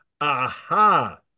aha